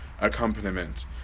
accompaniment